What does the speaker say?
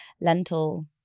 lentil